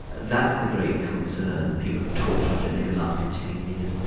that's the great concern. people have talked about it maybe lasting ten years.